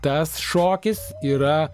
tas šokis yra